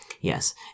Yes